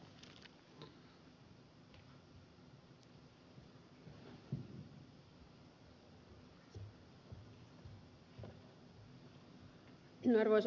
arvoisa herra puhemies